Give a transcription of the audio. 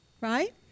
Right